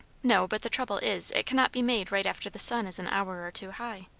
no but the trouble is, it cannot be made right after the sun is an hour or two high.